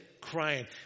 crying